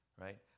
right